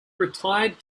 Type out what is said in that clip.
retired